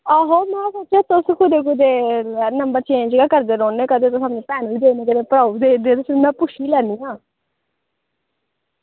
ते में सोचेआ तुस कदें नंबर गै चेंज़ करदे रौह्ने ते कदें भैन गी देई ओड़दे कदें भ्राऊ गी देई ओड़दे सिम अपनी पुच्छी लैने आं